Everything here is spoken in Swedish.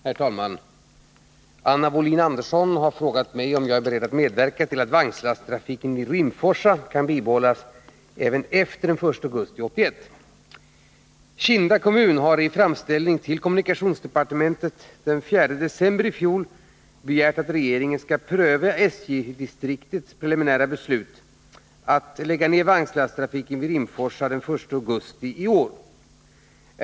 Herr talman! Anna Wohlin-Andersson har frågat mig om jag är beredd att medverka till att vagnlasttrafiken vid Rimforsa kan bibehållas även efter den 1 augusti 1981. Kinda kommun har i framställning till kommunikationsdepartementet den 4 december 1980 begärt regeringens prövning av SJ-distriktets preliminära beslut att den 1 augusti 1981 lägga ned vagnlasttrafiken vid Rimforsa station.